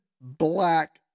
black